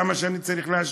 למה אני צריך להשקיע?